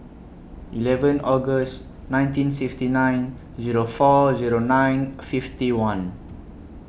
eleven August nineteen sixty nine Zero four Zero nine fifty one